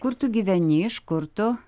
kur tu gyveni iš kur tu